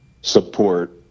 support